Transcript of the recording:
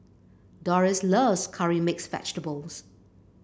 Doris loves Curry Mixed Vegetable